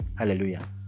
Hallelujah